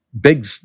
big